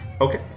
Okay